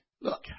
Look